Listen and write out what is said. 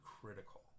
critical